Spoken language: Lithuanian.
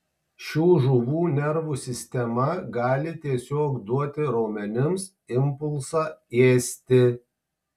šių žuvų nervų sistema gali tiesiog duoti raumenims impulsą ėsti